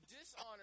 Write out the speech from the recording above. dishonor